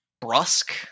brusque